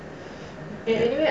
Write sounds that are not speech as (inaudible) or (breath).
(breath) ya